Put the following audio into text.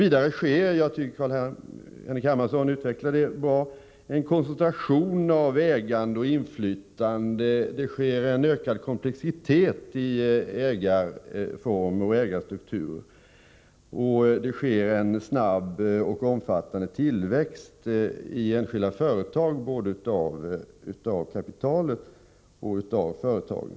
Vidare sker — jag tycker att Carl-Henrik Hermansson utvecklade det Måndagen den resonemanget bra — en koncentration av ägande och inflytande. Det går mot 4 februari 1985 en ökad komplexitet i ägarformer och ägarstrukturer. Dessutom sker det en snabb och omfattande tillväxt i enskilda företag, både av kapitalet och av Om ökat ansvar för företagen sök sådana.